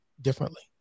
differently